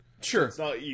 Sure